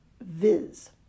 viz